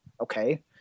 okay